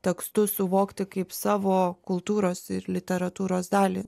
tekstus suvokti kaip savo kultūros ir literatūros dalį